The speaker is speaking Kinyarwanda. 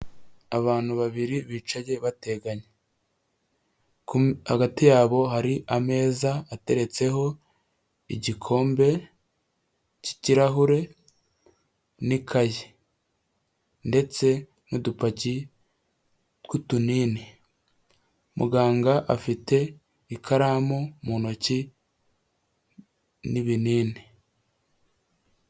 Abantu babiri bicaye bateganye. Hagati yabo hari ameza ateretseho igikombe cy'ikirahure n'ikaye ndetse n'udupaki tw'utunini, muganga afite ikaramu mu ntoki n'ibinini.